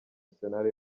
arsenal